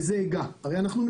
הבדיקה של